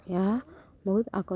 ଏହା ବହୁତ ଆକ